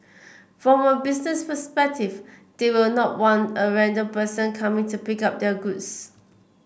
from a business perspective they will not want a random person coming to pick up their goods